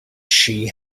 she